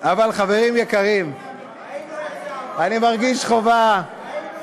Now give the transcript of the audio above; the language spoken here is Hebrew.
אבל, חברים יקרים, ראינו באיזה אהבה התקבלת.